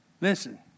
Listen